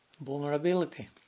vulnerability